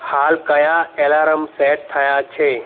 હાલ કયા alarm set થયાં છે